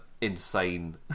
insane